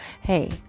hey